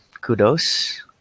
kudos